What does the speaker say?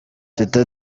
teta